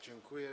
Dziękuję.